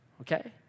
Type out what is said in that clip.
Okay